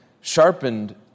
sharpened